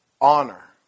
honor